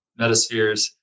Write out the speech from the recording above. metaspheres